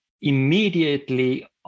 immediately